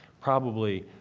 probably